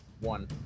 one